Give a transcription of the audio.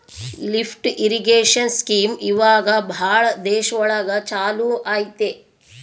lift irrigation scheme ಇವಾಗ ಭಾಳ ದೇಶ ಒಳಗ ಚಾಲೂ ಅಯ್ತಿ